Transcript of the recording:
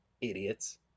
Idiots